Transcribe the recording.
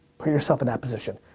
put yourself in that position.